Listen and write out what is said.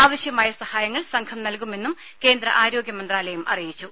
ആവശ്യമായ സഹായങ്ങൾ സംഘം നൽകുമെന്നും കേന്ദ്ര ആരോഗ്യ മന്ത്രാലയം അറിയിച്ചു